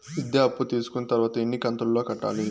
విద్య అప్పు తీసుకున్న తర్వాత ఎన్ని కంతుల లో కట్టాలి?